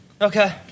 Okay